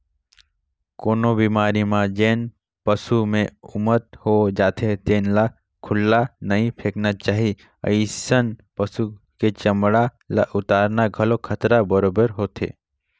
कोनो बेमारी म जेन पसू के मउत हो जाथे तेन ल खुल्ला नइ फेकना चाही, अइसन पसु के चमड़ा ल उतारना घलो खतरा बरोबेर होथे